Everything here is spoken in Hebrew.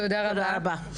תודה רבה.